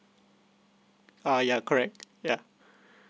uh yeah correct yeah